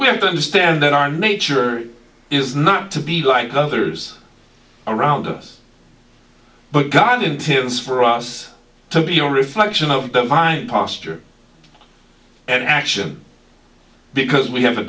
we have to understand that our nature is not to be like others around us but god intends for us to be a reflection of divine posture and action because we have a